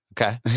Okay